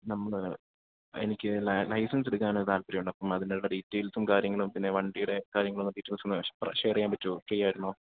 നമ്മുടെ എനിക്ക് ലൈസൻസ്സെടുക്കാൻ താൽപ്പര്യമുണ്ട് അപ്പം അതിന്റെ ഡീറ്റേയ്ൽസും കാര്യങ്ങളും പിന്നെ വണ്ടിയുടെ കാര്യങ്ങളും ഡീറ്റേയ്സൊന്ന് ഷെയർ ചെയ്യാൻ പറ്റുമോ ഫ്രീയായിരുന്നോ